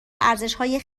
ارزشهای